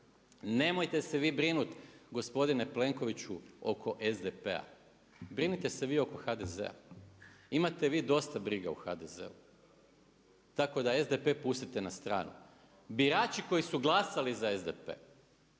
Nemojte se brinuti, gospodine Plenkoviću oko SDP-a, brinite se vi oko HDZ-a. Imate vi dosta briga u HDZ-u, tako da SDP pustite na stranu. Birači koji su glasali za SDP